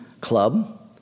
club